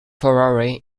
ferrari